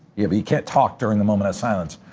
you but you can't talk during the moment of silence.